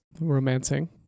romancing